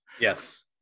Yes